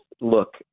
look